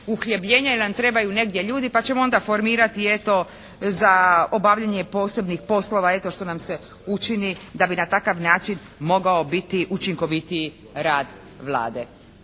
uhljebljenja jer nam trebaju negdje ljudi, pa ćemo onda formirati eto za obavljanje posebnih poslova. Eto što nam se učini da bi na takav način mogao biti učinkovitiji rad Vlade.